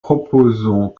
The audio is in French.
proposons